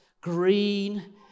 green